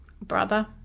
brother